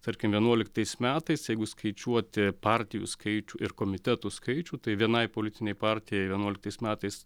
tarkim vienuoliktais metais jeigu skaičiuoti partijų skaičių ir komitetų skaičių tai vienai politinei partijai vienuoliktais metais